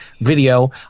video